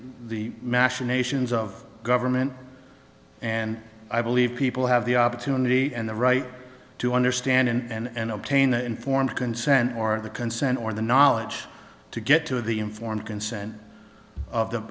the machinations of government and i believe people have the opportunity and the right to understand and obtain the informed consent or the consent or the knowledge to get to the informed consent of the